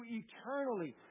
eternally